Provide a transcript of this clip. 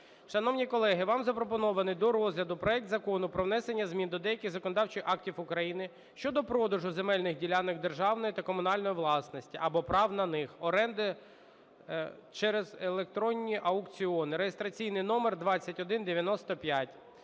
Шановні колеги, вам запропонований до розгляду проект Закону про внесення змін до деяких законодавчих актів України щодо продажу земельних ділянок державної та комунальної власності або прав на них (оренди) через електронні аукціони (реєстраційний номер 2195).